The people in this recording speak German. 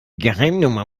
geheimnummer